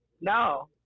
No